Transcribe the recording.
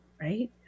right